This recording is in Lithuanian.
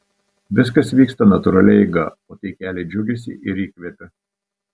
viskas vyksta natūralia eiga o tai kelia džiugesį ir įkvepia